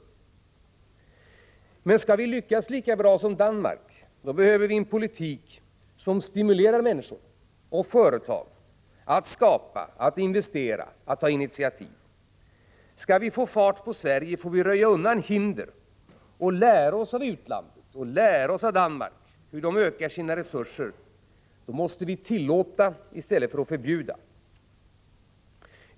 Men skall vi lyckas lika bra som Danmark behöver vi en politik som stimulerar människor och företag att skapa och investera och att ta initiativ. Skall vi få fart på Sverige måste vi röja undan hinder, lära oss av utlandet, t.ex. av Danmark, hur man där ökar sina resurser. Då måste vi tillåta i stället för att förbjuda.